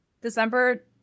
December